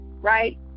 right